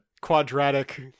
quadratic